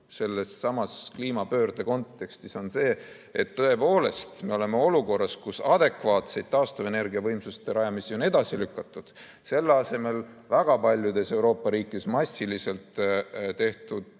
sellessamas kliimapöörde kontekstis, on see, et tõepoolest, me oleme olukorras, kus adekvaatseid taastuvenergiavõimsuste rajamisi on edasi lükatud. Selle asemel on väga paljudes Euroopa riikides massiliselt tehtud